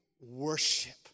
worship